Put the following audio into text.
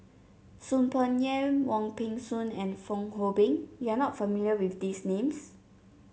Soon Peng Yam Wong Peng Soon and Fong Hoe Beng you are not familiar with these names